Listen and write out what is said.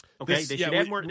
Okay